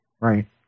Right